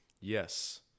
Yes